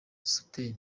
sother